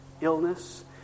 illness